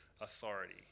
authority